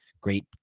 Great